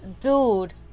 Dude